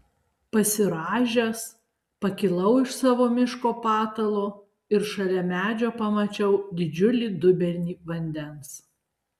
pasirąžęs pakilau iš savo miško patalo ir šalia medžio pamačiau didžiulį dubenį vandens